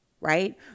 Right